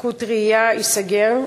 לקויות ראייה, ייסגר.